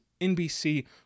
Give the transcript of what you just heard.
NBC